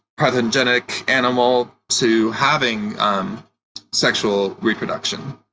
parthenogenic animal to having um sexual reproduction.